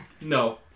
No